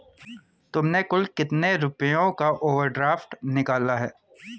तुमने कुल कितने रुपयों का ओवर ड्राफ्ट निकाला है?